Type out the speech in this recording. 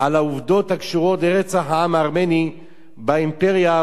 הקשורות לרצח העם הארמני באימפריה העות'מאנית.